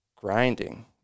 grinding